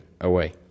away